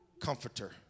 comforter